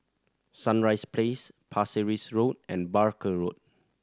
Sunrise Place Pasir Ris Road and Barker Road